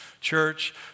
church